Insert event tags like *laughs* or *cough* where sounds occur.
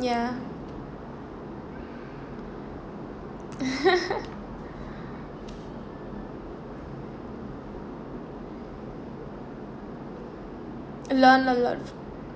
ya *laughs* learn a lot